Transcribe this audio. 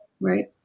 Right